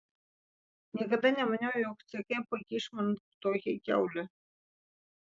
niekada nemaniau jog ck pakiš man tokią kiaulę